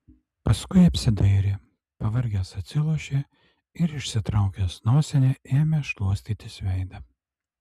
paskui apsidairė pavargęs atsilošė ir išsitraukęs nosinę ėmė šluostytis veidą